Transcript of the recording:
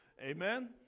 Amen